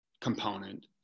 component